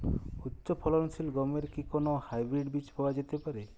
উচ্চ ফলনশীল গমের কি কোন হাইব্রীড বীজ পাওয়া যেতে পারে?